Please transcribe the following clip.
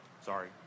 Sorry